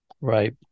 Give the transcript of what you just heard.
Right